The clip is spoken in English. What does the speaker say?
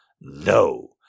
No